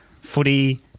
footy